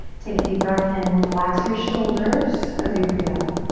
take a deep breath in. relax your shoulders as you breathe out.